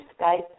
Skype